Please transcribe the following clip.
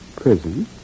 Prison